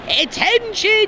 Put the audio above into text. Attention